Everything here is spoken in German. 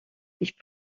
ich